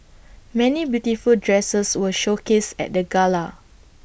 many beautiful dresses were showcased at the gala